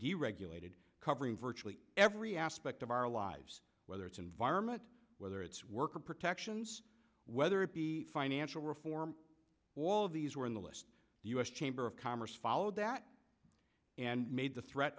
deregulated covering virtually every aspect of our lives whether it's environment whether it's worker protections whether it be financial reform all of these were on the list the u s chamber of commerce followed that and made the threat